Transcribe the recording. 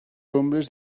hombres